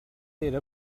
era